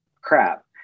crap